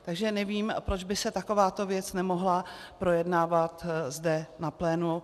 Takže nevím, proč by se taková věc nemohla projednávat zde na plénu.